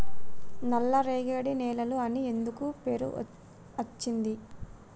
నల్లరేగడి నేలలు అని ఎందుకు పేరు అచ్చింది?